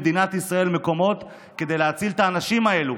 במדינת ישראל כדי להציל את האנשים האלה.